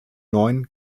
neun